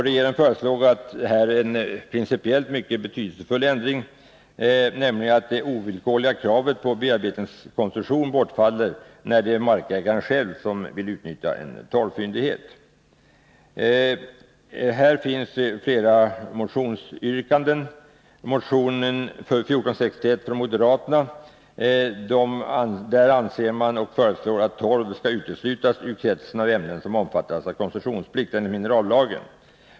Regeringen föreslog här en principiellt mycket betydelsefull ändring, nämligen att det ovillkorliga kravet på bearbetningskoncession bortfaller, när det är markägaren själv som vill utnyttja en torvfyndighet. Här finns flera motionsyrkanden. I motion 1461 från moderaterna anser man att torv bör uteslutas ur kretsen av ämnen som omfattas av koncessionsplikt enligt minerallagen.